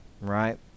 Right